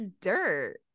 dirt